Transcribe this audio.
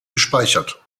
gespeichert